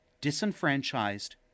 disenfranchised